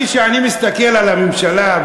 כשאני מסתכל על הממשלה,